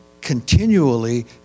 continually